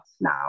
now